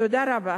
תודה רבה.